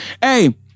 hey